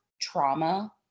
trauma